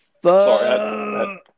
Sorry